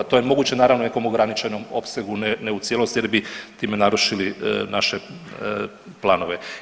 To je moguće naravno u nekom ograničenom opsegu ne u cijelosti jer bi time narušili naše planove.